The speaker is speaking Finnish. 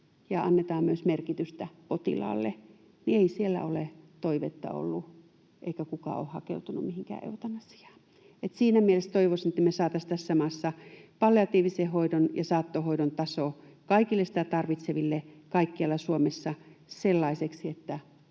ja annetaan myös merkitystä potilaalle, ei siellä ole toivetta ollut eikä kukaan ole hakeutunut mihinkään eutanasiaan. Siinä mielessä toivoisin, että me saataisiin tässä maassa palliatiivisen hoidon ja saattohoidon taso kaikille sitä tarvitseville kaikkialla Suomessa sellaiseksi, että